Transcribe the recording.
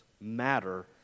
matter